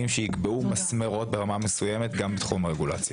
שיקבעו מסמרות ברמה מסוימת גם בתחום הרגולציה.